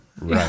Right